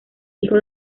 hijo